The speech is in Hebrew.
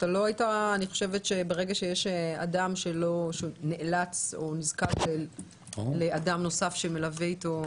יש אדם שנאלץ או נזקק לאדם נוסף שמלווה אותו,